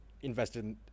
invested